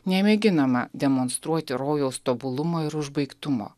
nemėginama demonstruoti rojaus tobulumo ir užbaigtumo